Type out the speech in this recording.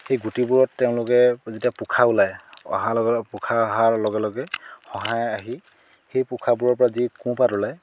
সেই গুটিবোৰত তেওঁলোকে যেতিয়া পোখা ওলাই অহাৰ লগে লগে পোখা অহাৰ লগে লগে শহাই আহি সেই পোখাবোৰৰ পৰা যি কোঁহপাত ওলায়